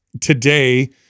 today